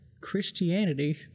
Christianity